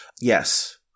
Yes